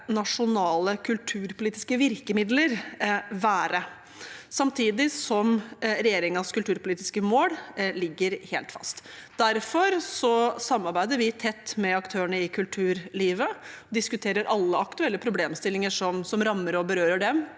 nasjonale kulturpolitiske virkemidler være, samtidig som regjeringens kulturpolitiske mål ligger helt fast. Derfor samarbeider vi tett med aktørene i kulturlivet, vi diskuterer alle aktuelle problemstillinger som rammer og berører dem